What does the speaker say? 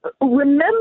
remember